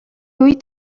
үед